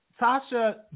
Tasha